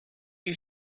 you